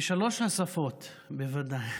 בשלוש השפות, בוודאי,